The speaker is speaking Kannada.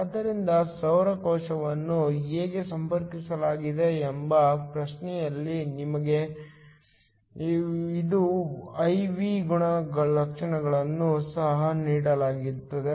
ಆದ್ದರಿಂದ ಸೌರ ಕೋಶವನ್ನು ಹೇಗೆ ಸಂಪರ್ಕಿಸಲಾಗಿದೆ ಎಂಬ ಪ್ರಶ್ನೆಯಲ್ಲಿ ನಮಗೆ ಇದು I V ಗುಣಲಕ್ಷಣಗಳನ್ನು ಸಹ ನೀಡಲಾಗಿದೆ